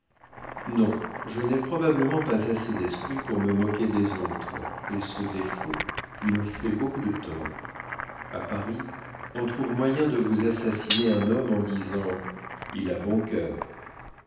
non je n'ai probablement pas assez d'esprit pour me moquer des autres et ce défaut me fait beaucoup de tort a paris on trouve moyen de vous assassiner un homme en disant il a bon cœur